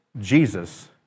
Jesus